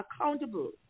accountable